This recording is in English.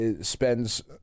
spends